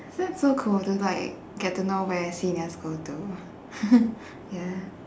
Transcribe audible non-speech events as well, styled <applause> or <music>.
that's so cool to like to get to know where seniors go to <laughs> ya